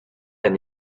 and